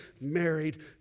married